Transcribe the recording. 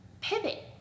pivot